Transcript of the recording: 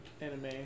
anime